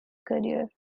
career